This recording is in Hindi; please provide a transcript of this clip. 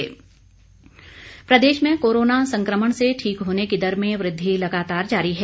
हिमाचल कोरोना प्रदेश में कोरोना संकमण से ठीक होने की दर में वृद्धि लगातार जारी है